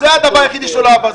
זה הדבר היחיד שלא עבר.